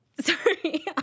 Sorry